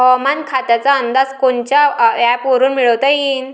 हवामान खात्याचा अंदाज कोनच्या ॲपवरुन मिळवता येईन?